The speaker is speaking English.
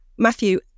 Matthew